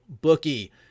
bookie